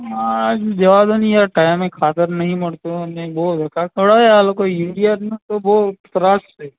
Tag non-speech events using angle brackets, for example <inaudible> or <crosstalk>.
આ જવા દોને યાર ટાઈમે ખાતર નહીં મળતું ને બહુ ધક્કા ખવડાવે આ લોકો <unintelligible> ત્રાસ છે